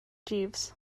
jeeves